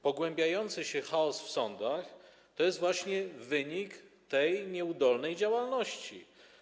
Pogłębiający się chaos w sądach to jest właśnie wynik tej nieudolnej działalności.